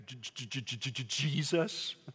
Jesus